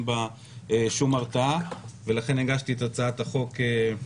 בה שום הרתעה ולכן הגשתי את הצעת החוק.